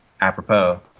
apropos